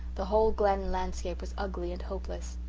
the whole glen landscape was ugly and hopeless.